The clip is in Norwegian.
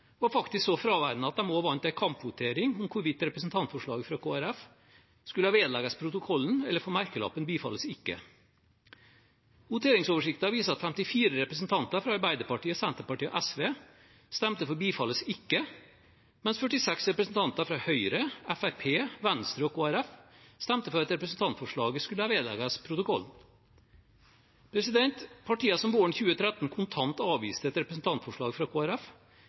var faktisk så fraværende at de også vant en kampvotering om hvorvidt representantforslaget fra Kristelig Folkeparti skulle vedlegges protokollen eller få merkelappen «bifalles ikke». Voteringsoversikten viser at 54 representanter fra Arbeiderpartiet, Senterpartiet og SV stemte for «bifalles ikke», mens 46 representanter fra Høyre, Fremskrittspartiet, Venstre og Kristelig Folkeparti stemte for at representantforslaget skulle vedlegges protokollen. Partier som våren 2013 kontant avviste et representantforslag fra